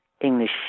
English